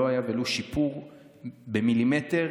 ולא היה שיפור ולו במילימטר.